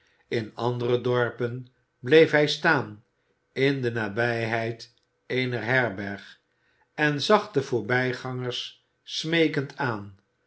in andere dorpen bleef hij staan in de nabijheid eener herberg en zag de voorbijgangers smeekend aan